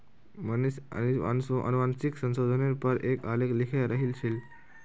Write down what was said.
मनीष अनुवांशिक संशोधनेर पर एक आलेख लिखे रहिल छील